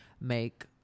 make